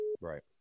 Right